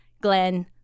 Glenn